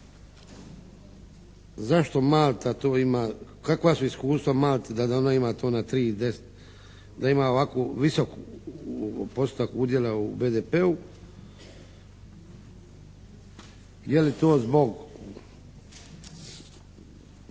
zašto Malta to ima. Kakva su iskustva Malte da ona to ima na tri deset, da ima ovakvu visoki postotak udjela u BDP-u. Je li to zbog